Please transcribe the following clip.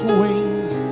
wings